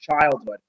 childhood